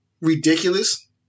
ridiculous